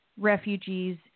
refugees